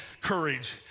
courage